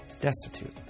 destitute